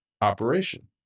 operation